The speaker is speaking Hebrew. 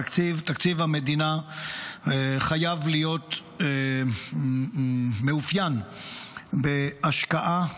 תקציב המדינה חייב להיות מאופיין בהשקעה,